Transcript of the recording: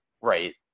Right